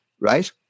right